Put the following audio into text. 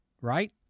right